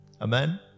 Amen